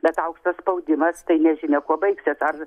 bet aukštas spaudimas tai nežinia kuo baigsis ar